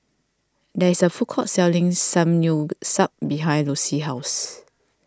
there is a food court selling Samgyeopsal behind Lucy's house